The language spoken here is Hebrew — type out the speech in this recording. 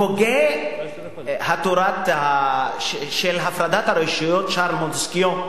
הוגה התורה של הפרדת הרשויות, שארל מונטסקיה,